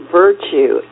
virtue